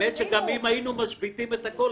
האמת שגם אם היינו משביתים את הכול,